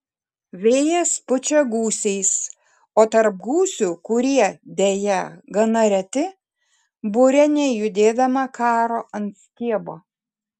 vėjas pučia gūsiais o tarp gūsių kurie deja gana reti burė nejudėdama karo ant stiebo